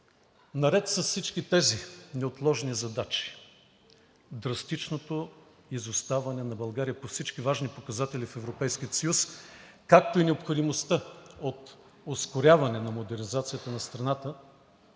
Наред с всички тези неотложни задачи, драстичното изоставане на България по всички важни показатели в Европейския съюз, както и необходимостта от ускоряване на модернизацията на страната